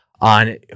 on